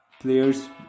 players